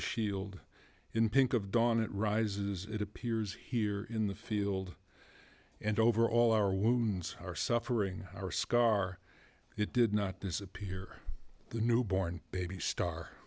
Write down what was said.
shield in pink of dawn it rises it appears here in the field and over all our wounds are suffering or scar it did not disappear the new born baby star